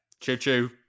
Choo-choo